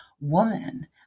woman